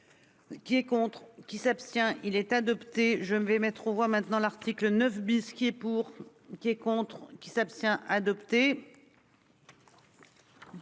Qui est contre qui s'abstient il est adopté. Je vais mettre aux voix maintenant. L'article 9 bis qui et pour qui est contre qui s'abstient adopté.